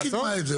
לא קידמה את זה.